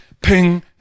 ping